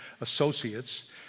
associates